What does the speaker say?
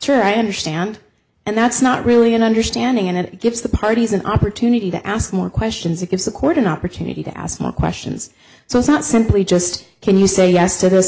sure i understand and that's not really an understanding and it gives the parties an opportunity to ask more questions it gives the court an opportunity to ask more questions so it's not simply just can you say yes to this